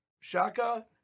Shaka